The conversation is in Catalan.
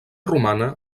romana